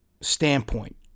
standpoint